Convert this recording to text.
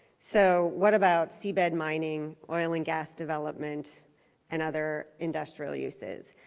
so what about seabed mining oil and gas development and other industrial uses.